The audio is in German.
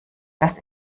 dass